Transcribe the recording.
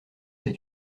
ses